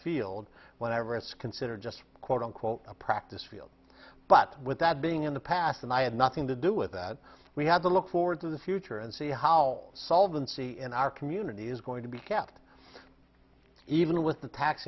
field whenever it's considered just quote unquote a practice field but with that being in the past and i had nothing to do with that we have to look forward to the future and see how solvency in our community is going to be kept even with the tax